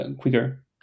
quicker